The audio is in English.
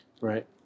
right